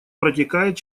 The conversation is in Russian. протекает